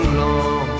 long